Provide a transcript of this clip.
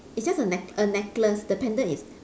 it's just a neck~ a necklace the pendant is